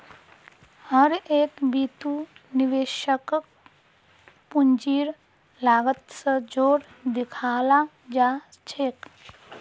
हर एक बितु निवेशकक पूंजीर लागत स जोर देखाला जा छेक